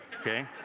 okay